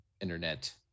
Internet